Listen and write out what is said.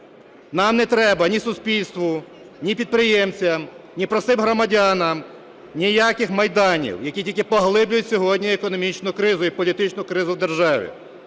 Нам не треба – ні суспільству, ні підприємцям, ні простим громадянам – ніяких майданів, які тільки поглиблюють сьогодні економічну кризу і політичну кризу в державі.